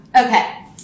Okay